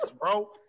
bro